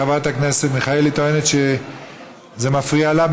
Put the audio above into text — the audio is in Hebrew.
חברת הכנסת מיכאלי טוענת שזה מפריע לה.